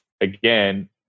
again